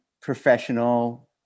professional